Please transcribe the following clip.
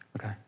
Okay